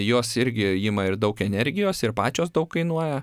jos irgi ima ir daug energijos ir pačios daug kainuoja